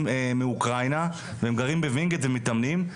מאוקראינה שגרים ב-וינגייט ומתאמנים.